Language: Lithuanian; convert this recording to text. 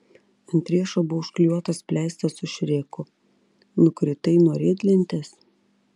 ant riešo buvo užklijuotas pleistras su šreku nukritai nuo riedlentės